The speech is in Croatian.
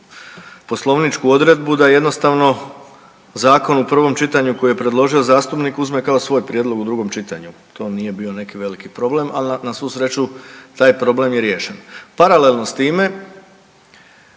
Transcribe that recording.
poslovničku odredbu da jednostavno zakon u prvom čitanju koji je predložio zastupnik uzme kao svoj prijedlog u drugom čitanju, to nije bio neki veliki problem, ali na svu sreću taj problem je riješen. Paralelno s time